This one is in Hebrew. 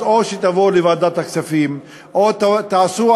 אז או שתבואו לוועדת הכספים או שתעשו